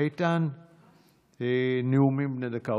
גינזבורג ונאומים בני דקה.